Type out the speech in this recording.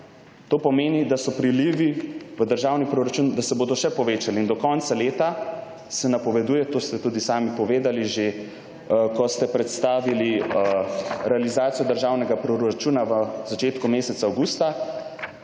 To pomeni, da so prilivi v državni proračun, da se bodo še povečali. In do konca leta se napoveduje, to ste tudi sami povedali že, ko ste predstavili realizacijo državnega proračuna v začetku meseca avgusta,